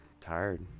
Tired